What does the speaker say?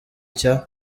cya